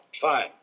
Fine